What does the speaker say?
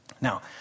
Now